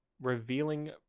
revealing